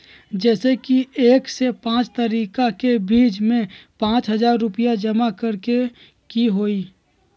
जैसे कि एक से पाँच तारीक के बीज में पाँच हजार रुपया जमा करेके ही हैई?